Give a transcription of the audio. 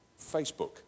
Facebook